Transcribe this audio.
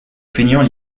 feignant